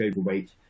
overweight